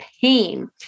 pain